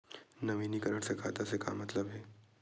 नवीनीकरण से खाता से का मतलब हे?